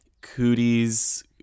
Cootie's